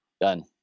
Done